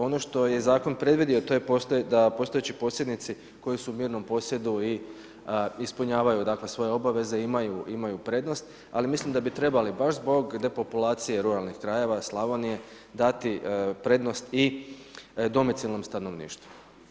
Ono što je zakon predvidio, to je da postojeći posjednici koji su u mirnom posjedu i ispunjavaju svoje obaveze imaju prednost ali mislim da bi trebali baš zbog depopulacije ruralnih krajeva, Slavonije dati prednost i domicilnom stanovništvu.